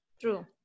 True